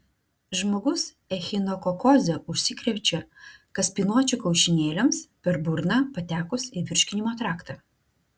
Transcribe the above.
žmogus echinokokoze užsikrečia kaspinuočių kiaušinėliams per burną patekus į virškinimo traktą